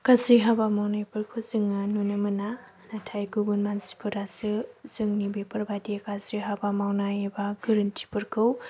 गाज्रि हाबा मावनायफोरखौ जोङो नुनो मोना नाथाय गुबुन मानसिफोरासो जोंनि बेफोरबायदि गाज्रि हाबा मावनाय एबा गोरोन्थिफोरखौ